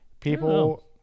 people